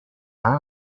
آهن